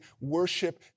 worship